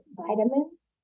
vitamins